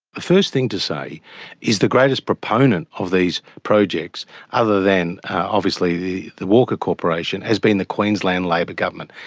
the first thing to say is the greatest proponent of these projects other than obviously the the walker corporation has been the queensland labor government.